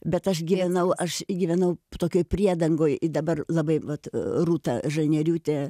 bet aš gyvenau aš įgyvenau tokioj priedangoj i dabar labai vat rūta žalnieriūtė